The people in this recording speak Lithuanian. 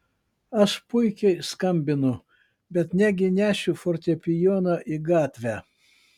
aš puikiai skambinu bet negi nešiu fortepijoną į gatvę